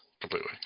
completely